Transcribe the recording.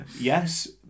Yes